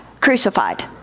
crucified